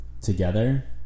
together